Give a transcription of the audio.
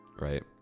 right